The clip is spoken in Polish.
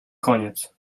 koniec